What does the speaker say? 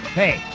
hey